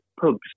pubs